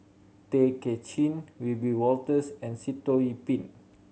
Tay Kay Chin Wiebe Wolters and Sitoh Yih Pin